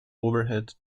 overhead